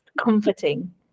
comforting